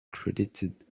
credited